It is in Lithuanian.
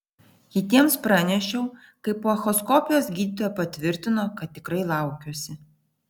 kitiems pranešiau kai po echoskopijos gydytoja patvirtino kad tikrai laukiuosi